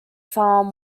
farm